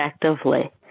effectively